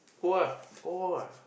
go ah go home ah